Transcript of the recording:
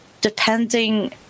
depending